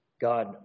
God